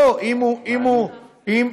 ולא, כמה הכנסות זה מכניס?